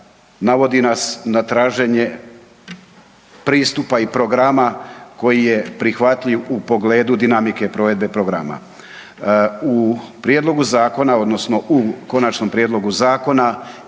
navodi nas na traženje pristupa i programa koji je prihvatljiv u pogledu dinamike provedbe programa. U prijedlogu zakona odnosno u konačnom prijedlogu zakona